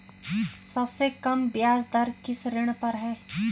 सबसे कम ब्याज दर किस ऋण पर है?